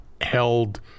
held